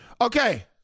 Okay